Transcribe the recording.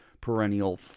perennial